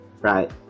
right